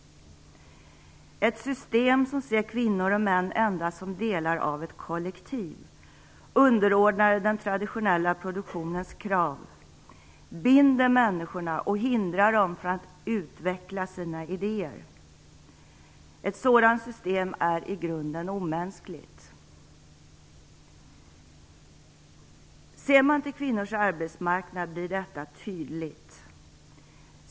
Ett system som ser kvinnor och män endast som delar av ett kollektiv, underordnade den traditionella produktionens krav, binder människorna och hindrar dem från att utveckla sina idéer. Ett sådant system är i grunden omänskligt. Ser man till kvinnors arbetsmarknad blir detta tydligt.